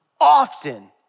often